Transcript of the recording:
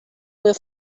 will